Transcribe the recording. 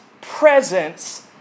presence